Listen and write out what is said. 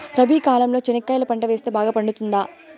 రబి కాలంలో చెనక్కాయలు పంట వేస్తే బాగా పండుతుందా?